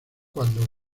cuando